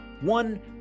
one